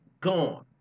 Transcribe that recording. Gone